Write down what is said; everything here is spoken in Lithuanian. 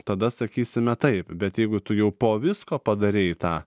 tada sakysime taip bet jeigu tu jau po visko padarei tą